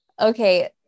Okay